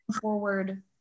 forward